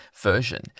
version